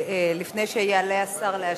לפני שיעלה השר להשיב,